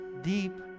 deep